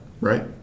right